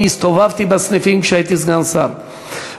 אני הסתובבתי בסניפים כשהייתי סגן שר,